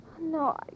No